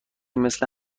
مثل